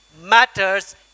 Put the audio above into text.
matters